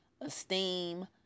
esteem